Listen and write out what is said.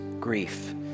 grief